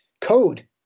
code